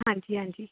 ਹਾਂਜੀ ਹਾਂਜੀ